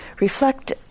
reflect